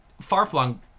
far-flung